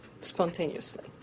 spontaneously